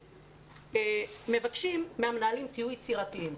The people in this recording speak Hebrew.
מבקשים מהמנהלים שיהיו יצירתיים,